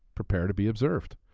prepare to be observed.